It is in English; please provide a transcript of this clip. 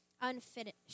unfinished